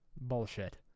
bullshit